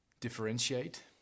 differentiate